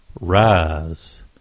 rise